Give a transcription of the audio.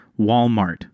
Walmart